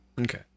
Okay